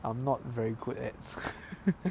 I'm not very good at